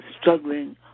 struggling